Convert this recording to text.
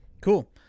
Cool